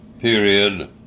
period